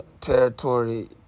territory